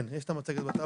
כן, יש את המצגת בטאבלטים.